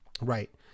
right